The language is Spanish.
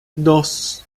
dos